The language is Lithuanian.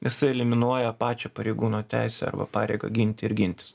jisai eliminuoja pačią pareigūno teisę arba pareigą ginti ir gintis